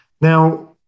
Now